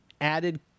added